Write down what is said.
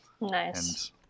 Nice